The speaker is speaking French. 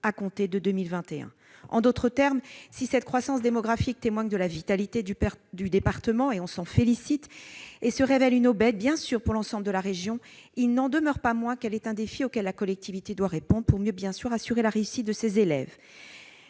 à compter de 2021. En d'autres termes, si cette croissance démographique témoigne de la vitalité du département et se révèle une aubaine pour l'ensemble de la région, il n'en demeure pas moins qu'elle est un défi auquel la collectivité doit répondre, pour assurer au mieux la réussite de ses élèves.